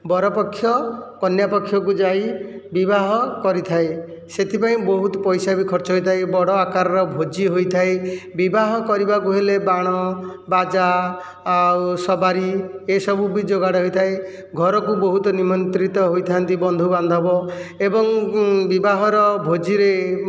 ବରପକ୍ଷ କନ୍ୟାପକ୍ଷକୁ ଯାଇ ବିବାହ କରିଥାଏ ସେଥିପାଇଁ ବହୁତ ପଇସା ବି ଖର୍ଚ୍ଚ ହୋଇଥାଏ ବଡ଼ ଆକାରର ଭୋଜି ହୋଇଥାଏ ବିବାହ କରିବାକୁ ହେଲେ ବାଣ ବାଜା ଆଉ ସବାରି ଏସବୁ ବି ଯୋଗାଡ଼ ହୋଇଥାଏ ଘରକୁ ବହୁତ ନିମନ୍ତ୍ରିତ ହୋଇଥାନ୍ତି ବନ୍ଧୁବାନ୍ଧବ ଏବଂ ବିବାହର ଭୋଜିରେ